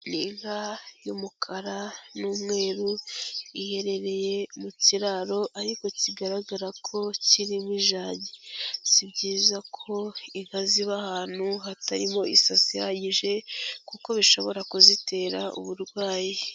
Ni inka y'umukara n'umweru, iherereye mu kiraro ariko kigaragara ko kirimo ijagi, si byiza ko inka ziba ahantu hatarimo isaso ihagije, kuko bishobora kuzitera uburwayi.